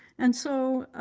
and so.